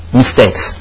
mistakes